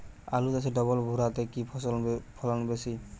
আলু চাষে ডবল ভুরা তে কি ফলন বেশি?